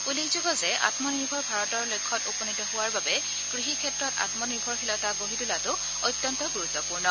উল্লেখযোগ্য যে আমনিৰ্ভৰ ভাৰতৰ লক্ষ্যত উপনীত হোৱাৰ বাবে কৃষি ক্ষেত্ৰত আত্মনিৰ্ভৰশীলতা গঢ়িতোলাটো অত্যন্ত গুৰুত্বপূৰ্ণ